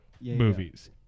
movies